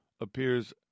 appears